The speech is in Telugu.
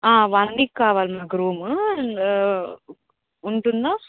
వన్ వీక్ కావాలి మాకు రూము ఉంటుందా